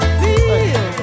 feel